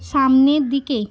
সামনের দিকে